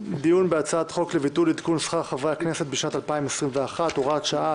דיון בהצעת חוק לביטול עדכון שכר חברי הכנסת בשנת 2021 (הוראת שעה),